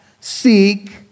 seek